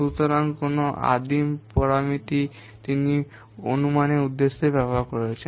সুতরাং কোন আদিম প্রোগ্রামের পরামিতি তিনি অনুমানের উদ্দেশ্যে ব্যবহার করেছেন